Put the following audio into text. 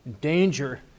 danger